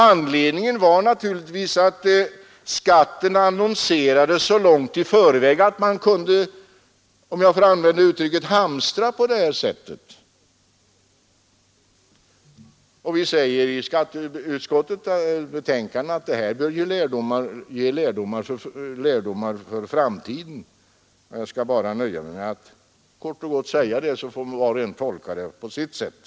Anledningen var naturligtvis att skatten annonse Nr 67 rades så långt i förväg att man kunde — om jag får använda det uttrycket Onsdagen den — hamstra på det här sättet. I skatteutskottets betänkande säger vi att 11 april 1973 detta bör ge lärdomar för framtiden. Jag skall nöja mig med att kort och ————— gott säga det, så får var och en sedan tolka det på sitt sätt.